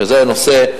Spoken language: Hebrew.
שזה הנושא,